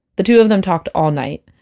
the two of them talked all night.